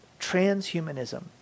Transhumanism